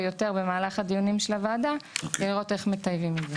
מעט יותר במהלך הדיונים של הוועדה ולראות איך מטייבים את זה.